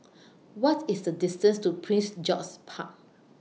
What IS The distance to Prince George's Park